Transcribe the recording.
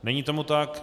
Není tomu tak.